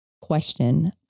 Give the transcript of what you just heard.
question